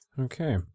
Okay